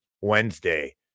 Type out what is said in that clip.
Wednesday